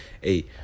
Hey